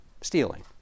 stealing